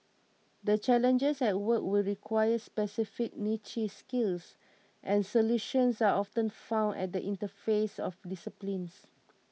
the challenges at work will require specific niche skills and solutions are often found at the interfaces of disciplines